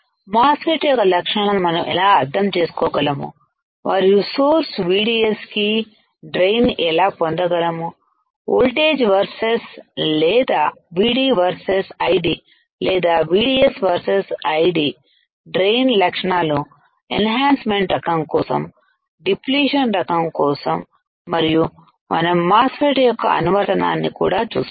MOSFET యొక్క లక్షణాలను మనం ఎలా అర్థం చేసుకోగలం మరియు సోర్స్ VDS కి డ్రైన్ ను ఎలా పొందగలం వోల్టేజ్ వర్సెస్ లేదా VD వర్సెస్ ID లేదా VDS వర్సెస్ ID డ్రెయిన్ లక్షణాలు ఎన్హాన్సమెంట్ రకం కోసం డిప్లీషన్ రకం కోసం మరియు మనం మాస్ ఫెట్ యొక్క అనువర్తనాన్ని కూడా చూస్తాము